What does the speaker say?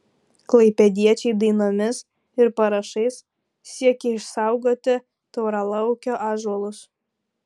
klaipėdiečiai dainomis ir parašais siekia išsaugoti tauralaukio ąžuolus